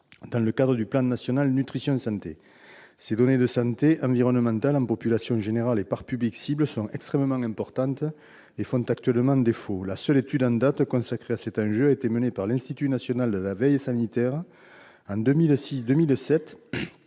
dans le cadre du programme national nutrition santé. Ces données de santé environnementale en population générale et par publics cibles sont extrêmement importantes et font actuellement défaut. La seule étude consacrée à cet enjeu a été menée par l'Institut national de veille sanitaire en 2006-2007